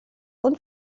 und